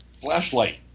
flashlight